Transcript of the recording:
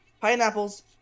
pineapples